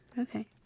Okay